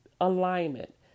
alignment